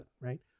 Right